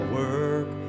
work